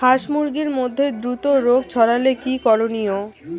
হাস মুরগির মধ্যে দ্রুত রোগ ছড়ালে কি করণীয়?